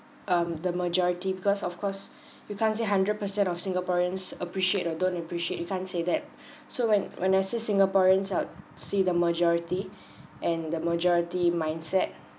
um the majority because of course you can't say hundred percent of singaporeans appreciate or don't appreciate you can't say that so when when I say singaporeans ou~ see the majority and the majority mindset